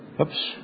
Oops